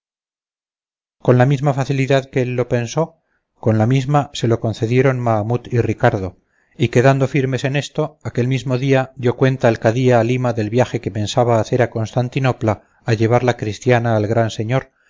con la misma facilidad que él lo pensó con la misma se lo concedieron mahamut y ricardo y quedando firmes en esto aquel mismo día dio cuenta el cadí a halima del viaje que pensaba hacer a constantinopla a llevar la cristiana al gran señor